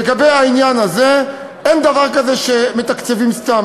לגבי העניין הזה, אין דבר כזה שמתקצבים סתם.